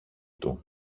του